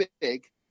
big